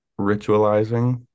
ritualizing